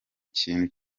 kintu